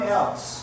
else